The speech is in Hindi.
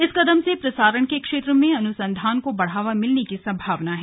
इस कदम से प्रसारण के क्षेत्र में अनुसंधान को बढ़ावा मिलने की संभावना है